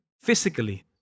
physically